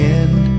end